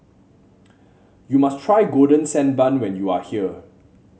you must try Golden Sand Bun when you are here